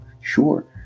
Sure